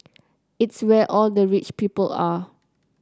it's where all the rich people are